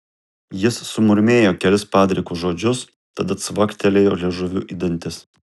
jis sumurmėjo kelis padrikus žodžius tada cvaktelėjo liežuviu į dantis